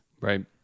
Right